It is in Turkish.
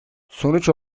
sonuç